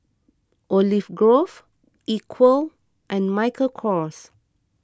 Olive Grove Equal and Michael Kors